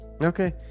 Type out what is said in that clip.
okay